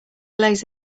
lays